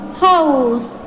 house